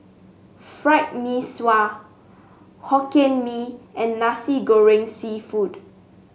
Fried Mee Sua Hokkien Mee and Nasi Goreng seafood